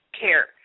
care